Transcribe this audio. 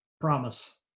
Promise